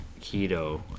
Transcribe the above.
keto